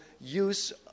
use